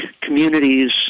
communities